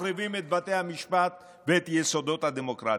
מחריבים את בתי המשפט ואת יסודות הדמוקרטיה,